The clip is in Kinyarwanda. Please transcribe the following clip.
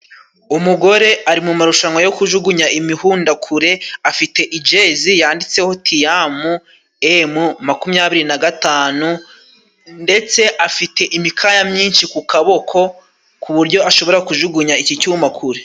Umugore ari mu marushanwa go kujugunya imihunda kure. Afite jezi yanditseho Tiyamu emu makumyabiri na gatanu, ndetse afite imikaya myinshi ku kaboko, ku buryo ashobora kujugunya iki cyuma kure.